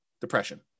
depression